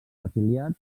afiliats